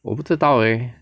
我不知道 leh